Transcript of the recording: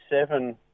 seven